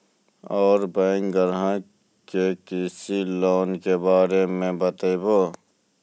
और बैंक ग्राहक के कृषि लोन के बारे मे बातेबे?